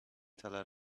teller